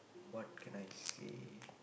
what can I see